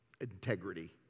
Integrity